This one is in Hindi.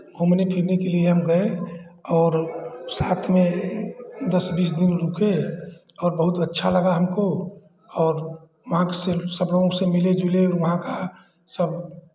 घूमने फिरने के लिए हम गए और साथ मेरे दस बीस दिन रुके और बहुत अच्छा लगा हमको और वहाँ के सिर्फ सब लोगों से मिले जुले वहाँ का सब